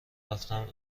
رفتم